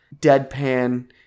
deadpan